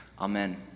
Amen